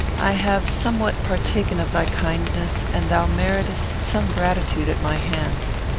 i have somewhat partaken of thy kindness, and thou meritest some gratitude at my hands.